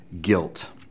guilt